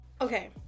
Okay